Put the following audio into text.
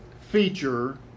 feature